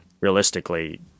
realistically